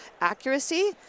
accuracy